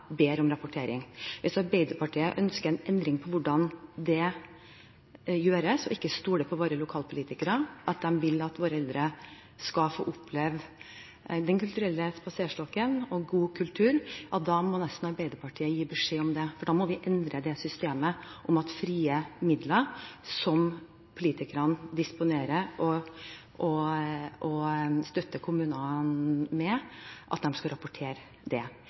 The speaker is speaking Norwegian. ber om rapportering. Hvis Arbeiderpartiet ønsker en endring i hvordan det gjøres, og ikke stoler på at våre lokalpolitikere vil at våre eldre skal få oppleve Den kulturelle spaserstokken og god kultur, må Arbeiderpartiet nesten gi beskjed om det, for da må vi endre systemet slik at politikerne skal rapportere bruken av de frie midlene som de disponerer og støtter kommunene med.